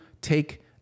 take